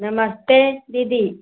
नमस्ते दीदी